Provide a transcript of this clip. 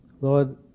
Lord